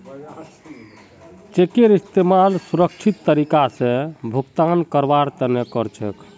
चेकेर इस्तमाल सुरक्षित तरीका स भुगतान करवार तने कर छेक